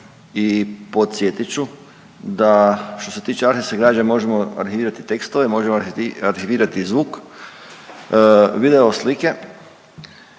i podsjetit ću da što se tiče arhivske građe možemo arhivirati tekstove, možemo arhivirati zvuk, video slike,